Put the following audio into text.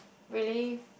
really